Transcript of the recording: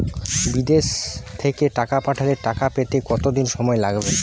বিদেশ থেকে টাকা পাঠালে টাকা পেতে কদিন সময় লাগবে?